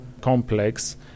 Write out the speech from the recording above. complex